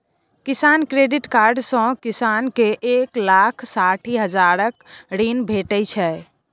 किसान credit card सँ किसान केँ एक लाख साठि हजारक ऋण भेटै छै